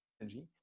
energy